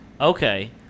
Okay